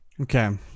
okay